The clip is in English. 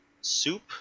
soup